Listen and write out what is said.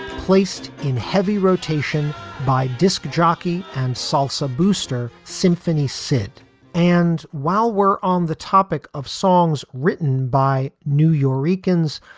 placed in heavy rotation by disc jockey and salsa booster symphony sid and while we're on the topic of songs written by new york eakins,